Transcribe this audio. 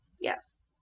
Yes